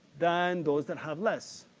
than those that have less.